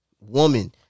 woman